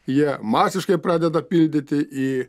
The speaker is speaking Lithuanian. jie masiškai pradeda pildyti į